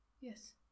Yes